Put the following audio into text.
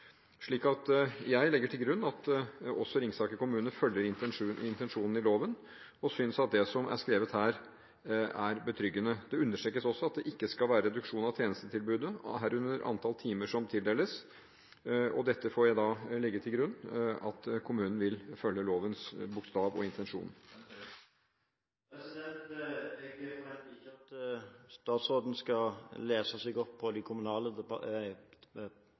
jeg legger til grunn at også Ringsaker kommune følger intensjonen i loven, og jeg synes at det som er skrevet her, er betryggende. Det understrekes også at det ikke skal være en reduksjon av tjenestetilbudet, herunder antall timer som tildeles, og jeg legger da til grunn at kommunen vil følge lovens bokstav og intensjon. Jeg forventer ikke at statsråden skal lese seg opp på de kommunale